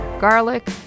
garlic